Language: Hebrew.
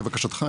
לבקשתך,